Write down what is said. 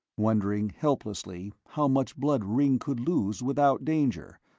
wondering helplessly how much blood ringg could lose without danger,